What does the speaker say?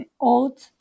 old